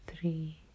three